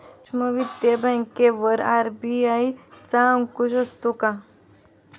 सूक्ष्म वित्त बँकेवर आर.बी.आय चा अंकुश असतो का?